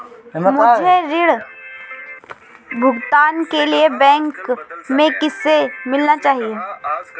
मुझे ऋण भुगतान के लिए बैंक में किससे मिलना चाहिए?